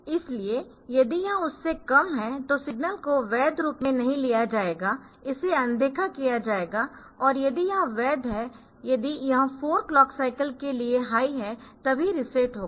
इसलिए यदि यह उससे कम है तो सिग्नल को वैध रूप में नहीं लिया जाएगा इसे अनदेखा किया जाएगा और यदि यह वैध है यदि यह 4 क्लॉक साइकल्स के लिए हाई है तभी रीसेट होगा